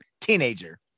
teenager